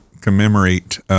commemorate